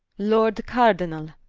lord cardinall,